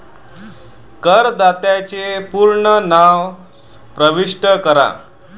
करदात्याचे पूर्ण नाव प्रविष्ट करा